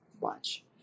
watch